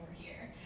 here.